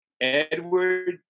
Edward